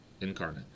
incarnate